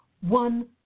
one